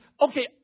okay